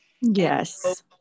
Yes